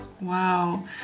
Wow